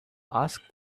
asked